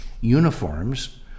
uniforms